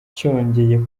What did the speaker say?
cyongeye